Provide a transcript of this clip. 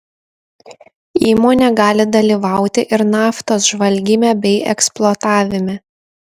įmonė gali dalyvauti ir naftos žvalgyme bei eksploatavime